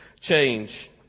change